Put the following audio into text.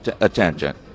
attention